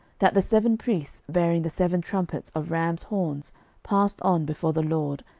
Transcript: that the seven priests bearing the seven trumpets of rams' horns passed on before the lord,